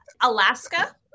Alaska